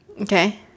Okay